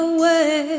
Away